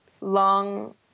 long